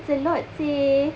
that's a lot seh